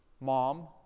Mom